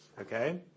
okay